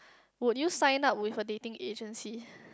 would you sign up with a dating agency